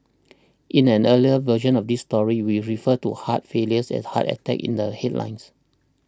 in an earlier version of this story we referred to heart failure as heart attack in the headline